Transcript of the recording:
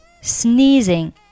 Sneezing